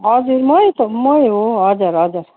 हजुर मै त मै हो हजुर हजुर